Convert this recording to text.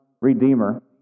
Redeemer